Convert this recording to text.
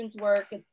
work